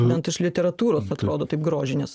bent iš literatūros atrodo taip grožinės